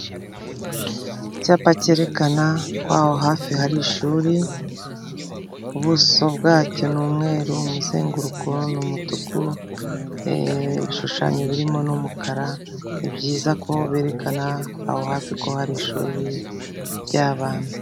Icyapa kerekana ko aho hafi hari ishuri, ubuso bwacyo ni umweru, umuzenguruko ni umutuku ,ibishushanyo birimo ni umukara, ni byiza ko berekana aho hafi ko hari inshuri ry'abana.